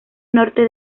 norte